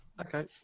Okay